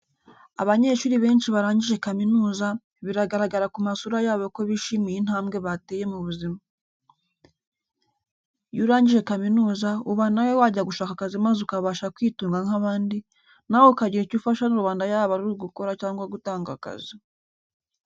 Abanyeshuri benshi barangije kaminuza, biragaragara ku masura yabo ko bishimiye intambwe bateye mu buzima. Iyo urangije kaminuza, uba nawe wajya gushaka akazi maze ukabasha kwitunga nk'abandi, nawe ukagira icyo ufasha rubanda yaba ari ugukora cg gutanga akazi.